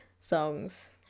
songs